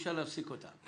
אי-אפשר להפסיק אותם.